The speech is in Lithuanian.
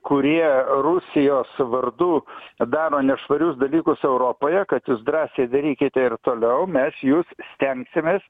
kurie rusijos vardu daro nešvarius dalykus europoje kad jūs drąsiai darykite ir toliau mes jus stengsimės